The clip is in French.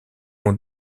ont